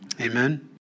Amen